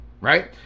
right